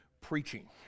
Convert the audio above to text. preaching